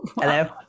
Hello